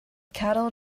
cattle